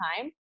time